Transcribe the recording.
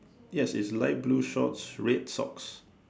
yes it's light blue shorts red socks